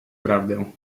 prawdę